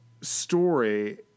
story